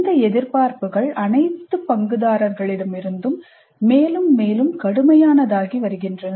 இந்த எதிர்பார்ப்புகள் அனைத்து பங்குதாரர்களிடமிருந்தும் மேலும் மேலும் கடுமையானதாகி வருகின்றன